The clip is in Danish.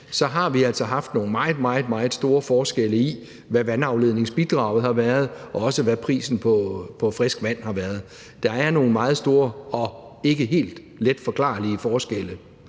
har haft nogle meget, meget store forskelle i, hvad vandafledningbidraget har været, og også, hvad prisen på frisk vand har været. Der er nogle meget store og ikke helt let forklarlige forskelle.